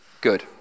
good